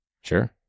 sure